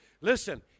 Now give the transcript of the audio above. Listen